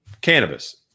cannabis –